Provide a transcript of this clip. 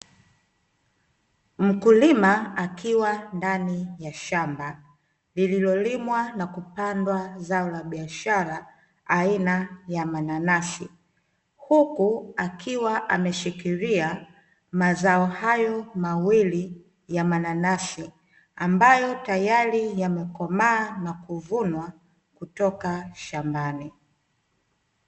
Mkulima akiwa ndani ya shamba lililolimwa na kupandwa zao la biashara aina ya mananasi, huku akiwa ameshikilia mazao hayo mawili ya mananasi ambayo tayari yamekomaa na kuvunwa kutoka shambani.